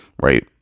right